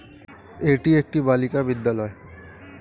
এটি একটি বালিকা বিদ্যালয়